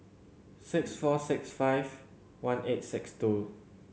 six four six five one eight six two